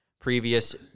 previous